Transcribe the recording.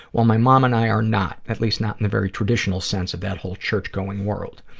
while my mom and i are not, at least not in the very traditional sense of that whole churchgoing world.